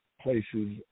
places